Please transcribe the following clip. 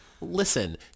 Listen